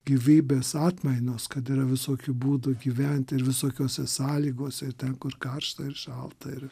gyvybės atmainos kad yra visokių būdų gyventi ir visokiose sąlygose ten kur karšta ir šalta ir